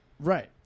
Right